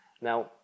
Now